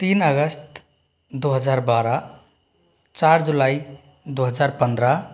तीन अगस्त दो हज़ार बाराह चार जुलाई दो हज़ार पंद्रह